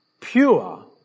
pure